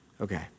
Okay